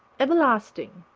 everlasting,